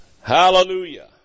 Hallelujah